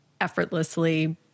effortlessly